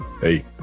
hey